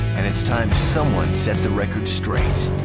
and it's time someone set the record straight